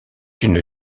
une